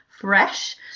Fresh